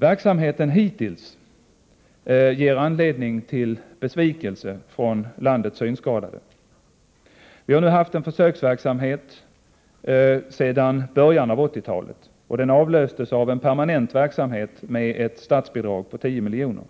Verksamheten hittills ger anledning till besvikelse hos landets synskadade. Vi har nu haft en försöksverksamhet sedan början av 1980-talet, och den avlöstes av en permanent verksamhet med ett statsbidrag på 10 miljoner.